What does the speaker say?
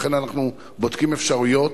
לכן, אנחנו בודקים אפשרויות.